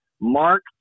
Mark